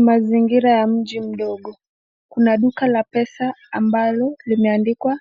Mazingira ya mji mdogo. Kuna duka la pesa ambalo limeandikwa